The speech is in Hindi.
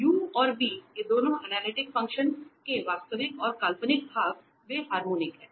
तो u और v ये दोनों एनालिटिक फंक्शन के वास्तविक और काल्पनिक भाग वे हार्मोनिक हैं